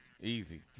Easy